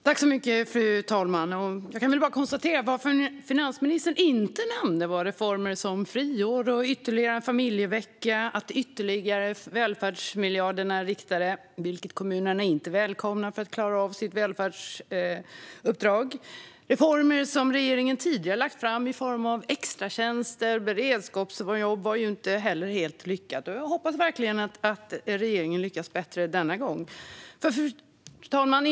Fru talman! Jag kan bara konstatera att vad finansministern inte nämnde var reformer som friår, ytterligare en familjevecka och att de ytterligare välfärdsmiljarderna är riktade, vilket kommunerna inte välkomnar om de ska klara av sitt välfärdsuppdrag. Reformer som regeringen tidigare lagt fram i form av extratjänster och beredskapsjobb var inte heller helt lyckade. Jag hoppas verkligen att regeringen lyckas bättre denna gång. Fru talman!